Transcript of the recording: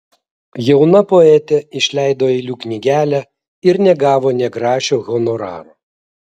jauna poetė išleido eilių knygelę ir negavo nė grašio honoraro